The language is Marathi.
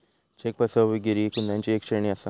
चेक फसवेगिरी गुन्ह्यांची एक श्रेणी आसा